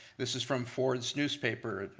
this is from ford's newspaper,